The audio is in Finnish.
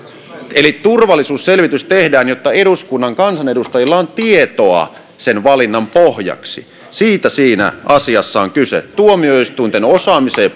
eli turvallisuusselvitys tehdään jotta eduskunnan kansanedustajilla on tietoa valinnan pohjaksi siitä siinä asiassa on kyse tuomioistuinten osaamiseen